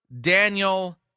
Daniel